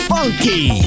Funky